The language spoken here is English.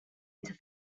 into